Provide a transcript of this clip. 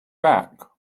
back